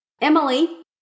Emily